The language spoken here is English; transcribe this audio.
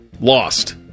lost